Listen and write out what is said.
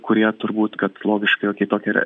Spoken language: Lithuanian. kurie turbūt kad logiška jog į tokią re